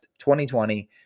2020